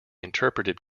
interpreted